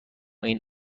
این